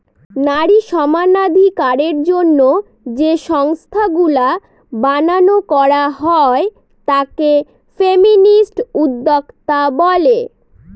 নারী সমানাধিকারের জন্য যে সংস্থাগুলা বানানো করা হয় তাকে ফেমিনিস্ট উদ্যোক্তা বলে